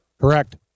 Correct